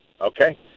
Okay